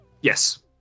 yes